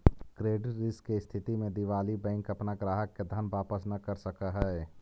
credit risk के स्थिति में दिवालि बैंक अपना ग्राहक के धन वापस न कर सकऽ हई